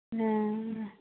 ᱦᱮᱸᱻ